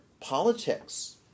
politics